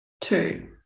Two